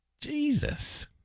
Jesus